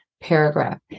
paragraph